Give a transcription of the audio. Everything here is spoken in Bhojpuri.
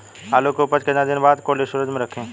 आलू के उपज के कितना दिन बाद कोल्ड स्टोरेज मे रखी?